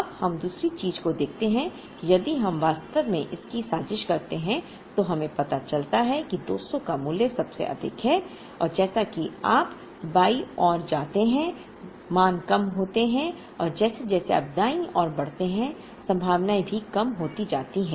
अब हम दूसरी चीज़ को देखते हैं कि यदि हम वास्तव में इसकी साजिश करते हैं तो हमें पता चलता है कि 200 पर मूल्य सबसे अधिक है और जैसे ही आप बाईं ओर जाते हैं मान कम होते हैं और जैसे जैसे आप दाईं ओर बढ़ते हैं संभावनाएँ भी कम होती जाती हैं